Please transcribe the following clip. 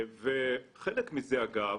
חלק מזה, אגב,